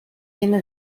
tiene